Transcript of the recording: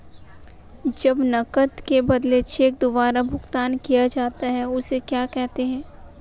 जब नकद के बदले चेक द्वारा भुगतान किया जाता हैं उसे क्या कहते है?